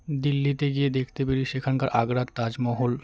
দিল্লিতে গিয়ে দেখতে পারি সেখানকার আগ্রার তাজমহল